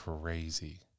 crazy